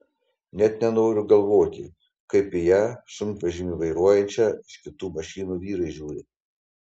net nenoriu galvoti kaip į ją sunkvežimį vairuojančią iš kitų mašinų vyrai žiūri